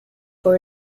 for